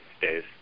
days